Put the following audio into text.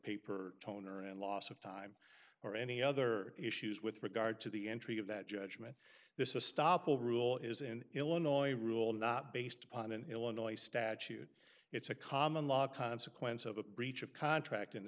paper toner and loss of time or any other issues with regard to the entry of that judgment this is a stop will rule is in illinois a rule not based upon an illinois statute it's a common law consequence of a breach of contract in